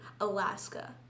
Alaska